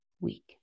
week